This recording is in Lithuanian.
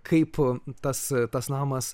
kaip tas tas namas